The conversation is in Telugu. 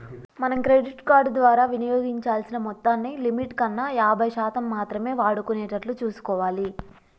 మనం క్రెడిట్ కార్డు ద్వారా వినియోగించాల్సిన మొత్తాన్ని లిమిట్ కన్నా యాభై శాతం మాత్రమే వాడుకునేటట్లు చూసుకోవాలి